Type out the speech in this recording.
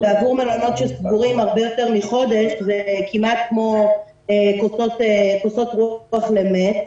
בעבור מלונות שסגורים הרבה יותר מחודש זה כמעט כמו כוסות רוח למת.